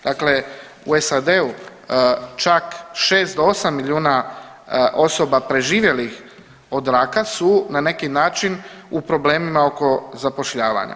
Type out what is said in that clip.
Dakle, u SAD-u čak 6 do 8 milijuna osoba preživjelih od raka su na neki način u problemima oko zapošljavanja.